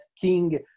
King